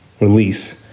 release